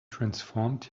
transformed